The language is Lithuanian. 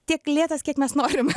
tiek lėtas kiek mes norim